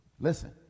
Listen